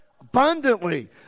Abundantly